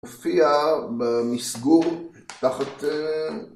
הופיע במסגור, תחת...